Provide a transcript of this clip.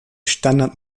standard